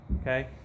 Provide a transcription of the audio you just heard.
Okay